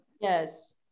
yes